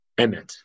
Amen